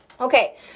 Okay